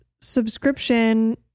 subscription